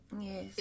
yes